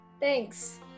Thanks